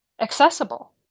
accessible